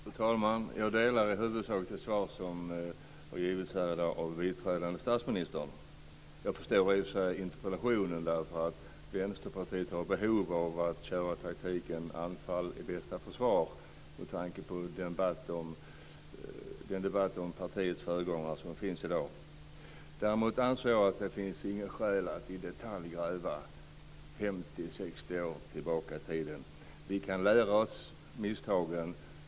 Fru talman! Jag delar i huvudsak synen i det svar som har givits här i dag av vice statsministern. Jag förstår i och för sig interpellationen. Vänsterpartiet har behov av att köra med taktiken: Anfall är bästa försvar, med tanke på den debatt om partiets föregångare som finns i dag. Däremot anser jag att det inte finns något skäl att i detalj gräva 50, 60 år tillbaka i tiden. Vi kan lära oss av misstagen.